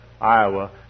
Iowa